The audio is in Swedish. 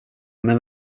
men